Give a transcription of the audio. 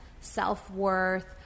self-worth